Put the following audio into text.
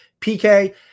PK